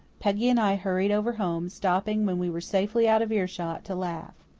peggy and i hurried over home, stopping, when we were safely out of earshot, to laugh.